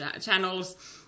channels